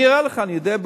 אני אראה לך במקומות,